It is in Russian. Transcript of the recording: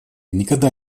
никогда